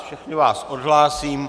Všechny vás odhlásím.